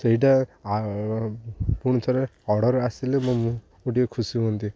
ସେଇଟା ପୁଣି ଥରେ ଅର୍ଡ଼ର ଆସିଲେ ମୁଁ ଟିକେ ଖୁସି ହୁଅନ୍ତି